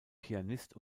pianist